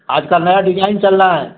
आज कल नया डिज़ाईन चल रहा है